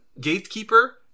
gatekeeper